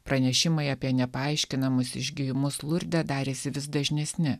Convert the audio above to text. pranešimai apie nepaaiškinamus išgijimus lurde darėsi vis dažnesni